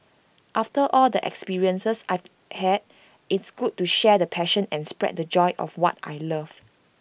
after all the experiences I've had it's good to share the passion and spread the joy of what I love